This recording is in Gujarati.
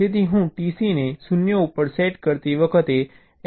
તેથી હું TC ને 0 ઉપર સેટ કરતી વખતે S1 માં સીરિયલી શિફ્ટ કરી રહ્યો છું